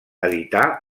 editar